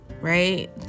right